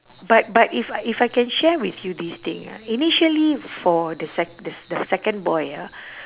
but but if if I can share with you this thing ah initially for the sec~ the the second boy ah